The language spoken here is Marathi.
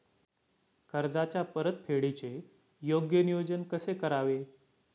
कर्जाच्या परतफेडीचे योग्य नियोजन कसे करावे?